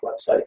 website